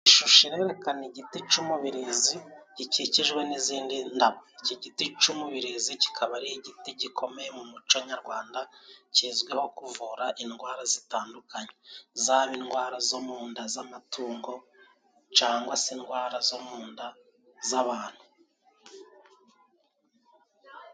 Ishusho irerekana igiti c'umubirizi gikikijwe n'izindi ndabo. Iki giti c'umubirizi kikaba ari igiti gikomeye mu muco nyarwanda kizwiho kuvura indwara zitandukanye, zaba indwara zo mu nda ,z'amatungo cangwa se indwara zo mu nda z'abantu.